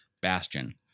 Bastion